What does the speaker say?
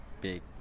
big